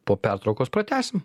po pertraukos pratęsime